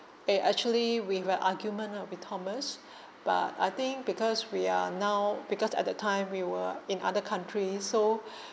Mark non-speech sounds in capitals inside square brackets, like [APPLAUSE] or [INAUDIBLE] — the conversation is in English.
eh actually we were argument lah with thomas [BREATH] but I think because we are now because at that time we were in other country so [BREATH]